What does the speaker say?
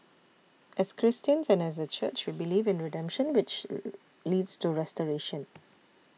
as Christians and as a church we believe in redemption which leads to restoration